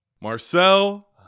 Marcel